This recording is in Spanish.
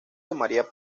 tomaría